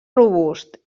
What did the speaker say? robust